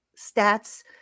stats